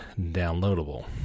downloadable